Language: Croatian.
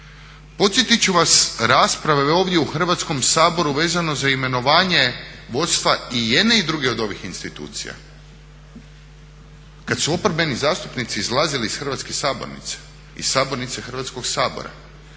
Podsjetit ću vas, rasprave ovdje u Hrvatskom saboru vezano za imenovanje vodstva i jedne i druge od ovih institucija, kad su oporbeni zastupnici izlazili iz hrvatske sabornice, iz sabornice Hrvatskog sabora